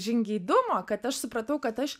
žingeidumo kad aš supratau kad aš